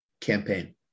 campaign